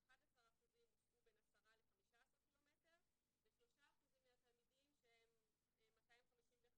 11% הוסעו בין 10 ל-15 ק"מ ו-3% מהתלמידים שהם 251